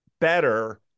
better